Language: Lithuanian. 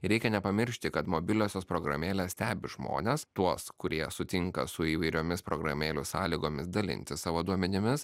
reikia nepamiršti kad mobiliosios programėlės stebi žmones tuos kurie sutinka su įvairiomis programėlių sąlygomis dalintis savo duomenimis